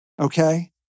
Okay